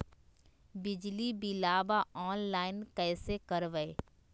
बिजली बिलाबा ऑनलाइन कैसे करबै?